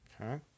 Okay